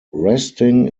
resting